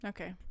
Okay